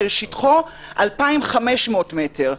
ששטחו 2,500 מטר,